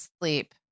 sleep